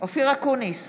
אופיר אקוניס,